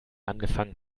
angefangen